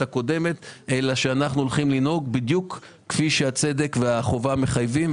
הקודמת אלא שאנחנו הולכים לנהוג בדיוק כפי שהצדק והחובה מחייבים.